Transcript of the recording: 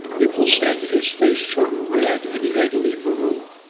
people said his face turned red and he had to leave the room.